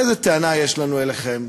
איזו טענה יש לנו אליכם?